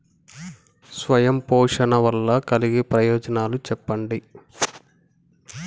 స్వయం పోషణ వల్ల కలిగే ప్రయోజనాలు చెప్పండి?